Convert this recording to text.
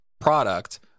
product